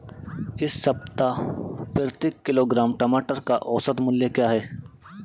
इस सप्ताह प्रति किलोग्राम टमाटर का औसत मूल्य क्या है?